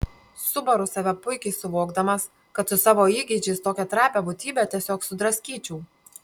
subaru save puikiai suvokdamas kad su savo įgeidžiais tokią trapią būtybę tiesiog sudraskyčiau